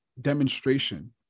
demonstration